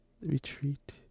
retreat